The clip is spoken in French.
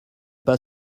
pas